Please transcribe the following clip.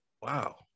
wow